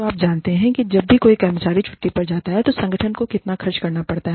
तो आप जानते हैं कि जब भी कोई कर्मचारी छुट्टी पर जाता है तो संगठन को कितना खर्च करना पड़ता है